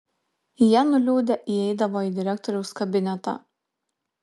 jie nuliūdę įeidavo į direktoriaus kabinetą